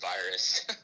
virus